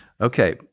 Okay